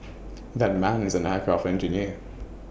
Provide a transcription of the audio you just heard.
that man is an aircraft engineer